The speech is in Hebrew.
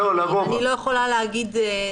אני לא יכולה לומר.